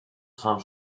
some